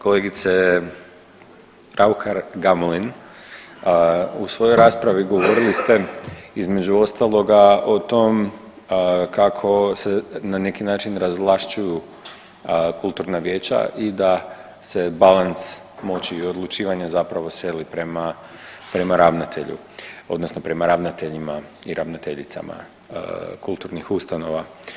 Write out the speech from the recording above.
Kolegice Raukar Gamulin, u svojoj raspravi govorili ste između ostaloga o tom kako se na neki način razvlašćuju kulturna vijeća i da se balas moći i odlučivanja zapravo seli prema, prema ravnatelju odnosno prema ravnateljima i ravnateljicama kulturnih ustanova.